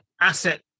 asset